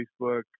Facebook